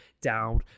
down